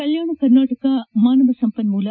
ಕಲ್ಲಾಣ ಕರ್ನಾಟಕ ಮಾನವ ಸಂಪನೂಲ